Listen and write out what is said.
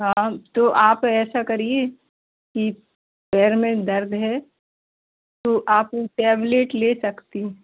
हाँ तो आप ऐसा करिए की पैर में दर्द है तो आप टेबलेट ले सकती